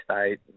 state